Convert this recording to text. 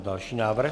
Další návrh.